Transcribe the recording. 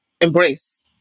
embrace